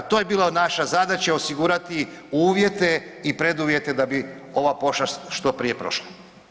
To je bila naša zadaća, osigurati uvjete i preduvjete da bi ova pošast što prije prošla.